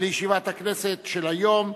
לישיבת הכנסת של היום,